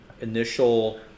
initial